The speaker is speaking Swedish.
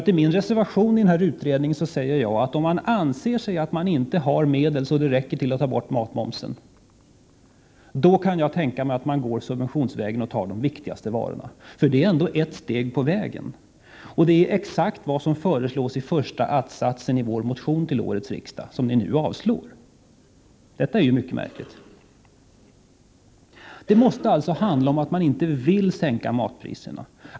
I min reservation i utredningen säger jag, att om man inte anser sig ha medel att ta bort matmomsen, kan jag tänka mig att gå subventionsvägen och ta de viktigaste varorna, för det är ändå ett steg på vägen, och det är exakt vad som föreslås i första att-satsen i vår motion till årets riksdag, en att-sats ni nu avslår. Detta är ju mycket märkligt! Det måste alltså handla om att man inte vill sänka matpriserna.